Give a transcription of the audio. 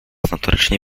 notorycznie